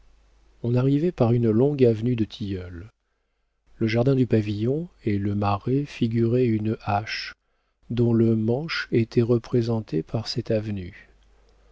on arrivait par une longue avenue de tilleuls le jardin du pavillon et le marais figuraient une hache dont le manche était représenté par cette avenue